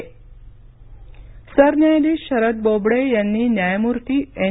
सरन्यायाधीश सरन्यायाधीश शरद बोबडे यांनी न्यायमूर्ती एन